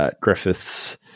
Griffiths